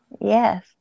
Yes